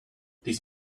this